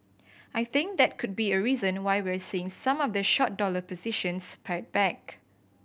I think that could be a reason why we're seeing some of the short dollar positions pared back